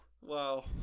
Wow